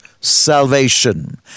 salvation